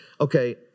okay